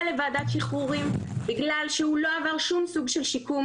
לוועדת שחרורים בגלל שהוא לא עבר שום סוג של שיקום.